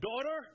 daughter